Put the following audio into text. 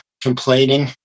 complaining